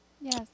Yes